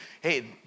hey